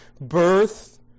birth